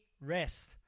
rest